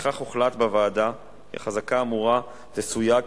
לפיכך הוחלט בוועדה כי החזקה האמורה תסויג,